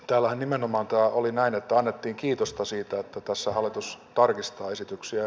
täällä nimenomaan työ oli näin että annettiin kiitosta siitä että taso aloitus karisto esityksiä